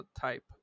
type